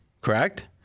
Correct